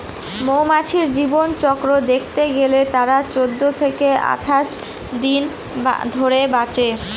মৌমাছির জীবনচক্র দেখতে গেলে তারা চৌদ্দ থেকে আঠাশ দিন ধরে বাঁচে